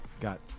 got